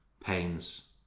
pains